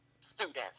students